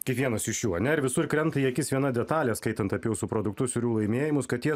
kiekvienas iš jų ane ir visur krenta į akis viena detalė skaitant apie jūsų produktus ir jų laimėjimus kad jie